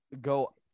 go